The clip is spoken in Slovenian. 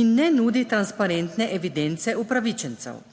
in ne nudi transparentne evidence upravičencev.